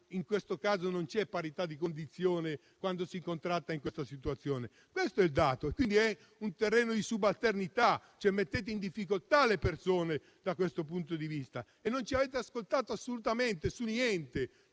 ben sanno, non c'è parità di condizione quando si contratta in questa situazione: questo è il dato. È un terreno di subalternità e mettete in difficoltà le persone da questo punto di vista. Non ci avete ascoltato assolutamente, su niente.